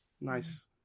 nice